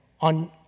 on